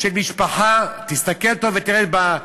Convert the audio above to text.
של משפחה, תסתכל טוב ותראה את זה,